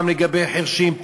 פעם לגבי חירשים,